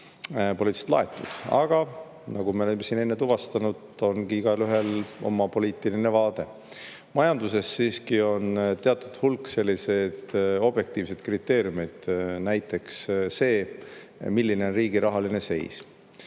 poliitiliselt laetud, aga nagu me oleme siin enne tuvastanud, ongi igaühel oma poliitiline vaade. Majanduses siiski on teatud hulk selliseid objektiivseid kriteeriumeid, näiteks see, milline on riigi rahaline seis.